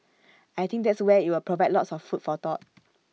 I think that's where IT will provide lots of food for thought